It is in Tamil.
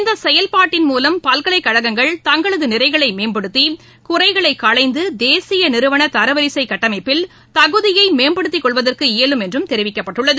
இந்த செயல்பாட்டின் மூலம் பல்கலைக்கழகங்கள் தங்களது நிறைகளை மேம்படுத்தி குறைகளை களைந்து தேசிய நிறுவன தரவரிசை கட்டமைப்பில் தகுதியை மேம்படுத்திக்கொள்வதற்கு இயலும் என்றும் தெரிவிக்கப்பட்டுள்ளது